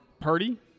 Purdy